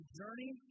journey